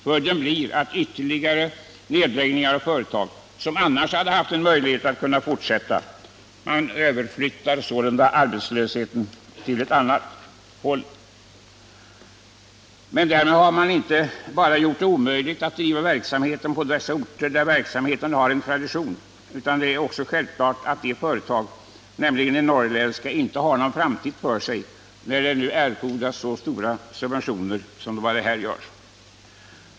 Följden blir en ytterligare nedläggning av företag, som annars hade haft en möjlighet att fortsätta. Man överflyttar sålunda arbetslösheten från ett håll till ett annat. Det allvarliga är att man därmed inte bara har gjort det omöjligt att driva verksamheten vidare på de orter där verksamheten har en tradition, utan det är också uppenbart att de norrländska företagen inte har någon framtid, eftersom det erfordras så stora subventioner som det nu gör.